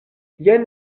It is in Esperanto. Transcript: jen